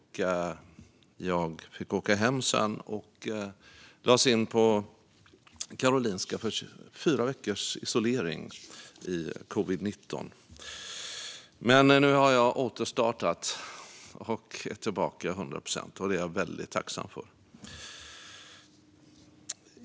Jag fick åka hem sedan och lades in på Karolinska med covid-19 för fyra veckors isolering. Men nu har jag återstartat och är tillbaka till hundra procent, och det är jag väldigt tacksam för.